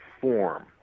form